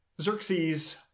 Xerxes